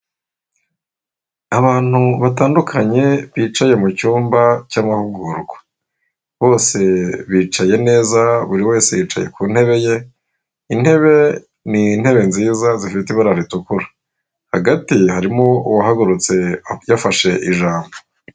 Abantu batandukanye bicaye mu cyumba cy'amahugurwa, bose bicaye neza buri wese yicaye ku ntebe ye, intebe ni ntebe nziza zifite ibara ritukura, hagati harimo uwahagurutse yafashe ijambo.